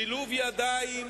שילוב ידיים